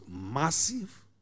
massive